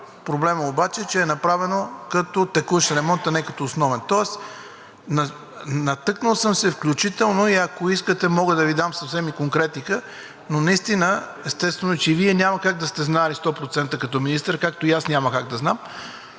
проблемът обаче е, че е направено като текущ ремонт, а не като основен. Тоест, натъкнал съм се, включително мога да Ви дам, ако искате, и конкретика. Наистина и естествено, че и Вие няма как да сте знаели 100% като министър, както и аз няма как да знам,